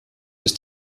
ist